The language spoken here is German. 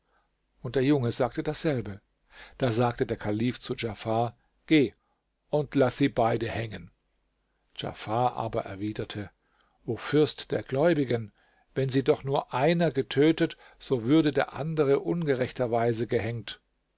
und der junge sagte dasselbe da sagte der kalif zu djafar geh und laß sie beide hängen djafar aber erwiderte o fürst der gläubigen wenn sie doch nur einer getötet so würde der andere ungerechterweise gehängt